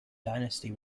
dynasty